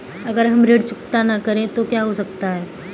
अगर हम ऋण चुकता न करें तो क्या हो सकता है?